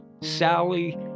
Sally